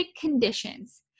conditions